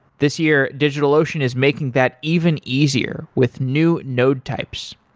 this year, digitalocean is making that even easier with new node types.